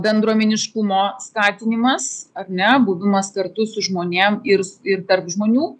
bendruomeniškumo skatinimas ar ne buvimas kartu su žmonėm ir ir tarp žmonių